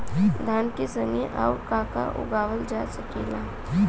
धान के संगे आऊर का का उगावल जा सकेला?